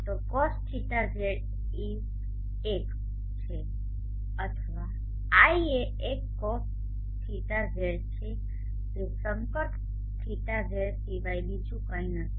તો cos θz is 1l છે અથવા l એ 1cos θz છે જે સેકંટ θz સિવાય બીજું કંઈ નથી